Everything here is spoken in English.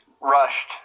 rushed